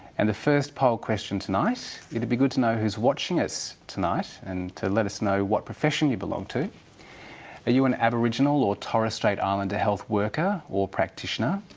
and the first poll question tonight it'd be good to know who's watching us tonight, and to let us know what profession you belong to. are you an aboriginal or torres strait um and islander health worker or practitioner?